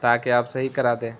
تاکہ آپ صحیح کرا دیں